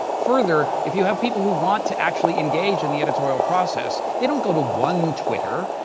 further, if you have people who want to actually engage in the editorial process they don't go to one twitter.